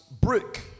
brick